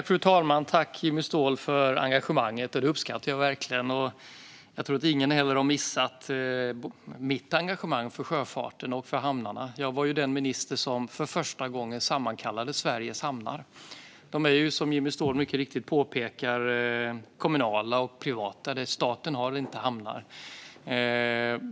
Fru talman! Tack, Jimmy Ståhl, för engagemanget! Det uppskattar jag verkligen. Jag tror inte heller att någon har missat mitt engagemang för sjöfarten och hamnarna. Jag var den minister som för första gången sammankallade Sveriges hamnar. De är ju, som Jimmy Ståhl mycket riktigt påpekar, kommunala och privata. Staten har inte hamnar.